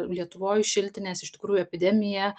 lietuvoj šiltinės iš tikrųjų epidemija